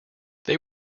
they